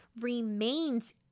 remains